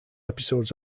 episodes